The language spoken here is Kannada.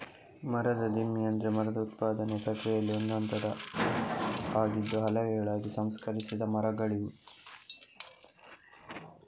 ಮರದ ದಿಮ್ಮಿ ಅಂದ್ರೆ ಮರದ ಉತ್ಪಾದನೆಯ ಪ್ರಕ್ರಿಯೆಯಲ್ಲಿ ಒಂದು ಹಂತ ಆಗಿದ್ದು ಹಲಗೆಗಳಾಗಿ ಸಂಸ್ಕರಿಸಿದ ಮರಗಳಿವು